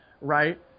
right